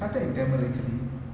ya I think